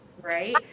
right